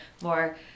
more